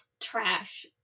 trash